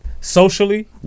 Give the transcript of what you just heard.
socially